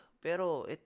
pero